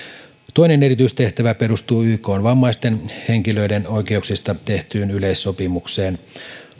toinen erityistehtävä perustuu ykn vammaisten henkilöiden oikeuksista tehtyyn yleissopimukseen